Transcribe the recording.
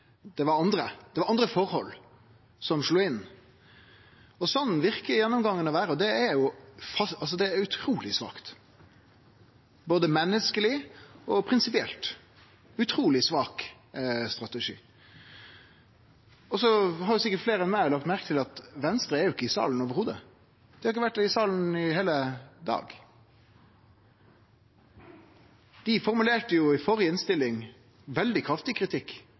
det var andre, det var andre forhold som slo inn. Slik verkar det gjennomgåande å vere, og det er utruleg svakt, både menneskeleg og prinsipielt – ein utruleg svak strategi. Så har sikkert fleire enn meg lagt merke til at Venstre ikkje er i salen i det heile. Dei har ikkje vore i salen i heile dag. I den førre innstillinga formulerte dei veldig kraftig kritikk